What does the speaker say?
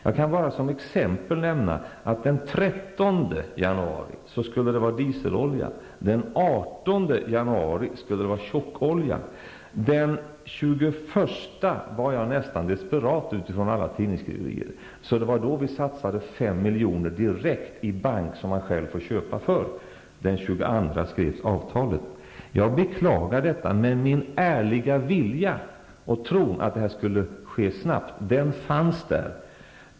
Jag kan bara som exempel nämna att det den 13 januari skulle vara dieselolja, och den 18 januari skulle det vara tjockolja. Den 21 januari var jag nästan desperat på grund av alla tidningsskriverier, så det var då vi satsade 5 milj.kr. direkt i en bank, så att mottagarna själva kunde köpa oljan. Den 22 januari skrevs avtalet. Jag beklagar detta, men min ärliga vilja och tron att detta skulle ske snabbt fanns där.